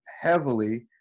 heavily